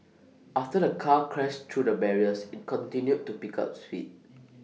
after the car crashed through the barriers IT continued to pick up speed